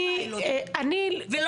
אני לא